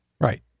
Right